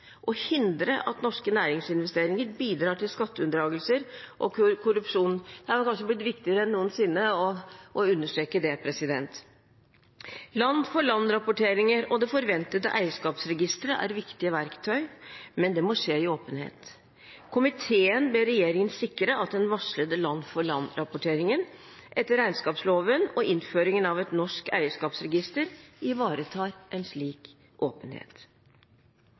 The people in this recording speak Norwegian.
hindre at norske næringsinvesteringer bidrar til skatteunndragelser og korrupsjon – det har kanskje blitt viktigere enn noensinne å understreke det. Land-for-land-rapporteringer og det forventede eierskapsregisteret er viktige verktøy, men det må skje i åpenhet. Komiteen ber regjeringen sikre at den varslede land-for-land-rapporteringen etter regnskapsloven og innføringen av et norsk eierskapsregister ivaretar en slik åpenhet.